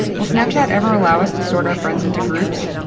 will snapchat ever allow us to sort our friends into groups?